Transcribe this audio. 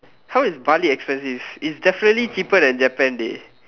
how is Bali expensive it's definitely cheaper than Japan dey